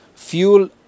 Fuel